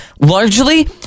largely